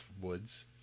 woods